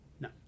No